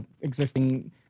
existing